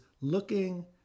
looking